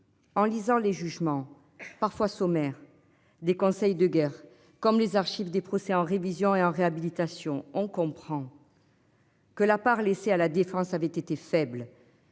En lisant les jugements parfois sommaires. Des conseils de guerre comme les archives des procès en révision et en réhabilitation on comprend. Que la part laissée à la défense avait été faible.